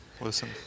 listen